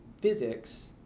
physics